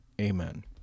Amen